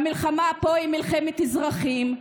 המלחמה פה היא מלחמת אזרחים.